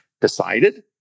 decided